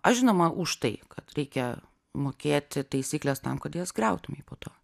aš žinoma už tai kad reikia mokėti taisykles tam kad jas griautumei po to